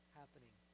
happening